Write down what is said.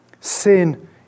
Sin